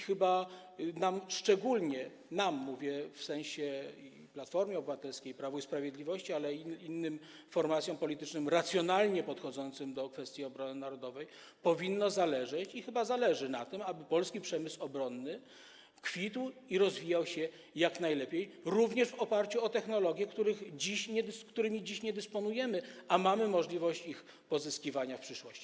Chyba nam szczególnie, mówię: nam w sensie - Platformie Obywatelskiej, Prawu i Sprawiedliwości, ale i innym formacjom politycznym racjonalnie podchodzącym do kwestii obrony narodowej, powinno zależeć, i chyba zależy, na tym, aby polski przemysł obronny kwitł i rozwijał się jak najlepiej, również w oparciu o technologie, którymi dziś nie dysponujemy, a które mamy możliwość pozyskać w przyszłości.